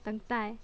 等待